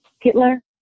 Hitler